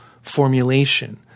formulation